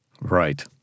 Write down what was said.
Right